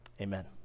Amen